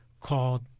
called